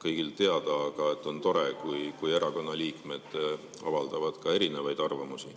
kõigile teada, aga on tore, kui erakonna liikmed avaldavad ka erinevaid arvamusi.